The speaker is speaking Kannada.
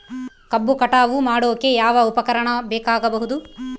ಕಬ್ಬು ಕಟಾವು ಮಾಡೋಕೆ ಯಾವ ಉಪಕರಣ ಬೇಕಾಗಬಹುದು?